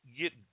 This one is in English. get